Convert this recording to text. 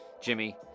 Jimmy